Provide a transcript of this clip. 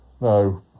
No